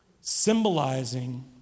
symbolizing